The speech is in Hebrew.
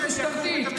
אלימות משטרתית,